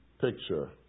picture